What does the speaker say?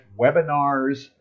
webinars